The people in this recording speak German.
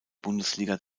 bundesliga